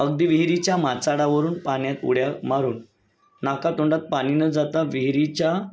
अगदी विहिरीच्या माचाडावरून पाण्यात उड्या मारून नाका तोंडात पाणी न जाता विहिरीच्या